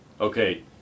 Okay